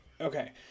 Okay